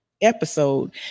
episode